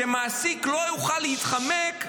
שמעסיק לא יוכל להתחמק.